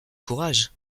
courage